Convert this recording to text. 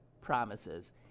promises